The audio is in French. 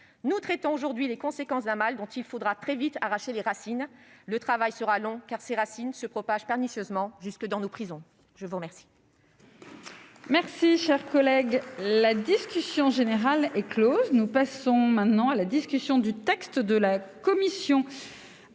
Nous traitons aujourd'hui les conséquences d'un mal dont il faudra très vite arracher les racines. Le travail sera long, car celles-ci se propagent pernicieusement jusque dans nos prisons. La discussion générale est close. Nous passons à la discussion du texte de la commission.